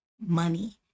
money